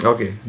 Okay